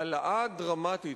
ההעלאה הדרמטית,